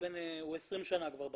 הוא 20 שנה כבר בארץ.